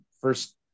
first